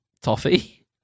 toffee